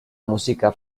música